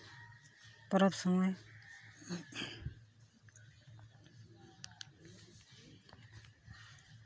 ᱯᱚᱨᱚᱵᱽ ᱥᱚᱢᱚᱭ